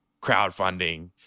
crowdfunding